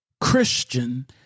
Christian